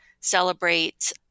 celebrate